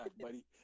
buddy